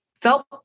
felt-